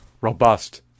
robust